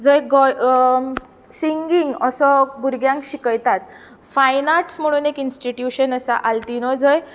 जंय गोंय सिंगींग असो भुरग्यांक शिकयतात फायन आर्ट्स म्हूण एक इन्स्टिट्यूशन आसा आल्तिनो थंय